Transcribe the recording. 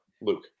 Luke